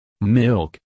Milk